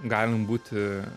galim būti